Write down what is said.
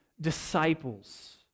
disciples